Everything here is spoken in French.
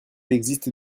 existe